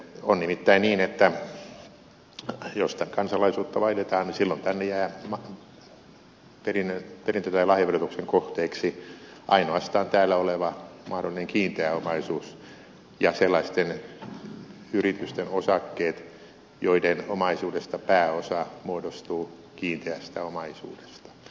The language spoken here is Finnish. on nimittäin niin että jos sitä kansalaisuutta vaihdetaan silloin tänne jää perintö tai lahjaverotuksen kohteiksi ainoastaan täällä oleva mahdollinen kiinteä omaisuus ja sellaisten yritysten osakkeet joiden omaisuudesta pääosa muodostuu kiinteästä omaisuudesta